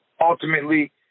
ultimately